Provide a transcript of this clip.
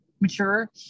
mature